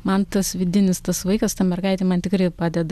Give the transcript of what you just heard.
man tas vidinis tas vaikas ta mergaitė man tikrai padeda